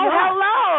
hello